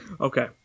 Okay